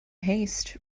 haste